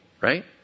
Right